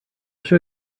show